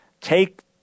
take